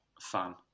fan